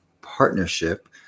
partnership